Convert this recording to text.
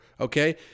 okay